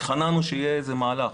התחננו שיהיה איזה מהלך,